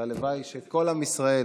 והלוואי שכל עם ישראל